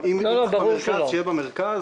אם יצטרכו במרכז שיהיה במרכז,